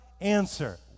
Answer